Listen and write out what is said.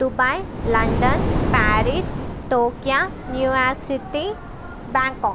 Dubai London Paris Tokyo New York city Bangkok